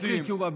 גם יש לי תשובה,